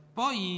poi